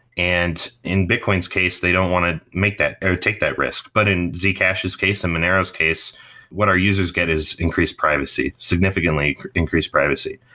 and in bitcoin's case, they don't want to make that or take that risk. but in zcash's case and monero's case what our users get is increased privacy, significantly increased privacy.